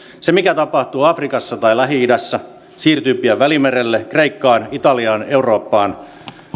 se mikä tapahtuu afrikassa tai lähi idässä siirtyy pian välimerelle kreikkaan italiaan eurooppaan